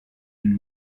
been